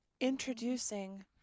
Introducing